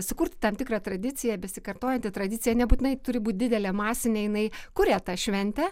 sukurti tam tikrą tradiciją besikartojanti tradicija nebūtinai turi būt didelė masinė jinai kuria tą šventę